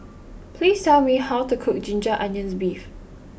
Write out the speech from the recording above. please tell me how to cook Ginger Onions Beef